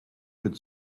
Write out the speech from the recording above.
could